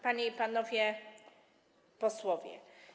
Panie i Panowie Posłowie!